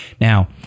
Now